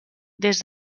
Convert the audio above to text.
des